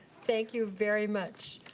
thank you very much.